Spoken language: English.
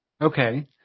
Okay